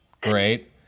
Great